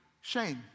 shame